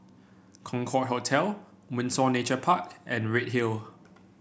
Concorde Hotel Windsor Nature Park and Redhill